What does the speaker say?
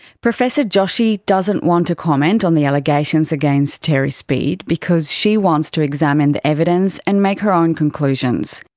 professor joshi doesn't want to comment on the allegations against terry speed because she wants to examine the evidence and make her own conclusions.